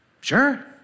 sure